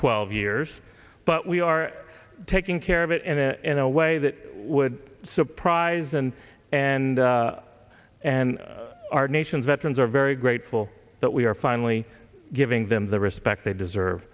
twelve years but we are taking care of it and in a way that would surprise and and and our nation's veterans are very grateful that we are finally giving them the respect they deserve